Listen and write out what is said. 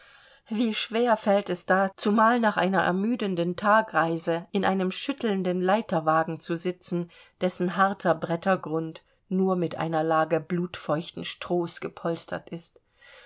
wie schwer fällt es da zumal nach einer ermüdenden tagereise in einem schüttelnden leiterwagen zu sitzen dessen harter brettergrund nur mit einer lage blutfeuchten strohs gepolstert ist